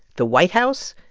the white house,